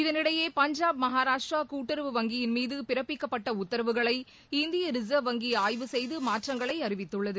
இதனிடையே பஞ்சாப் மகாராஷ்டிரா கூட்டுறவு வங்கியின் மீது பிறப்பிக்கப்பட்ட உத்தரவுகளை இந்திய ரிசர்வ் வங்கி ஆய்வு செய்து மாற்றங்களை அறிவித்துள்ளது